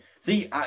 See